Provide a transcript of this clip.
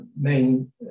main